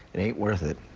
it ain't worth it.